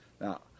Now